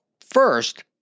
first